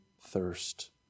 thirst